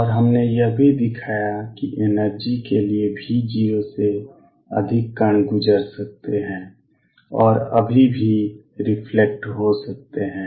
और हमने यह भी दिखाया कि एनर्जी के लिए V0 से अधिक कण गुजर सकते हैं और अभी भी रिफ्लेक्ट हो सकते हैं